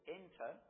enter